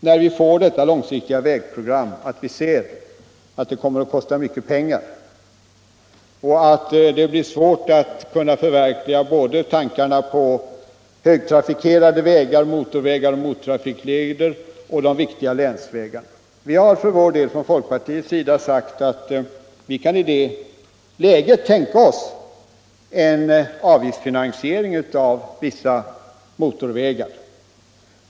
När vi får detta långsiktiga vägprogram är det möjligt att vi ser att det kommer att kosta mycket pengar och att det blir svårt att förverkliga tankarna på högtrafikerade vägar, motorvägar, motortrafikleder och de viktiga länsvägarna. Vi har från folkpartiets sida sagt att vi i det läget kan tänka oss en avgiftsfinansiering av vissa motorvägar.